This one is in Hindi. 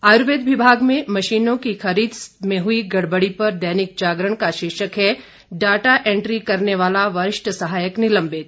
आयुर्वेद विभाग में मशीनों की खरीद में हुई गड़बड़ पर दैनिक जागरण का शीर्षक है डाटा एंट्री करने वाला वरिष्ठ सहायक निलंबित